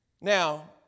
Now